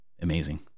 Amazing